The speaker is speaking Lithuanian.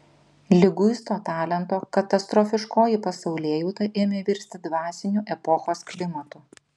liguisto talento katastrofiškoji pasaulėjauta ėmė virsti dvasiniu epochos klimatu